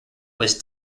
was